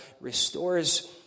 restores